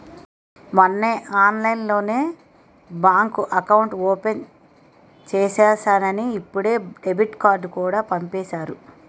మొన్నే ఆన్లైన్లోనే bank account open చేసేసానని ఇప్పుడే డెబిట్ కార్డుకూడా పంపేసారు